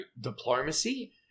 diplomacy